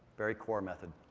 very core method.